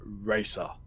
Racer